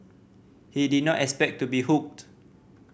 he did not expect to be hooked